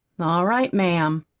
all right, ma'am.